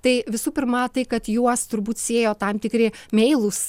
tai visų pirma tai kad juos turbūt siejo tam tikri meilūs